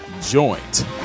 joint